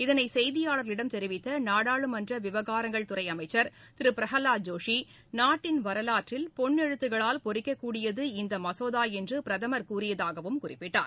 இதனை செய்தியாளர்களிடம் தெரிவித்த நாடாளுமன்ற விவகாரங்கள் துறை அமைச்சர் திரு பிரகலாத் ஜோஷி நாட்டின் வரவாற்றில் பொன் எழுத்துக்களால் பொறிக்கக்கூடியது இந்த மசோதா என்று பிரதமர் கூறியதாகவும் குறிப்பிட்டார்